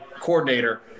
coordinator